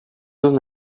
dut